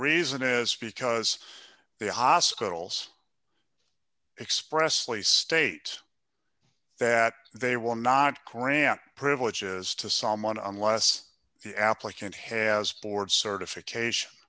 reason is because the hospitals expressly state that they will not cramped privileges to someone unless the applicant has board certification